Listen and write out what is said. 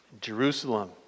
Jerusalem